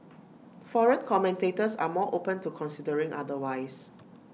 foreign commentators are more open to considering otherwise